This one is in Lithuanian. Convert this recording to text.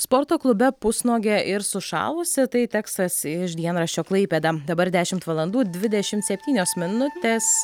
sporto klube pusnuogė ir sušalusi tai tekstas iš dienraščio klaipėda dabar dešimt valandų dvidešimt septynios minutės